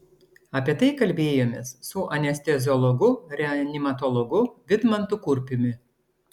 apie tai kalbėjomės su anesteziologu reanimatologu vidmantu kurpiumi